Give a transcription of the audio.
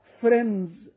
friends